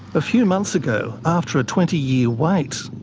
a few months ago, after a twenty year wait,